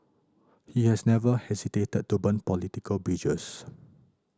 he has never hesitated to burn political bridges